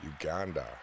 uganda